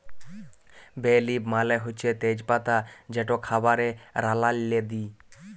বে লিফ মালে হছে তেজ পাতা যেট খাবারে রাল্লাল্লে দিই